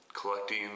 collecting